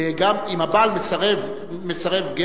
גם אם הבעל מסרב גט,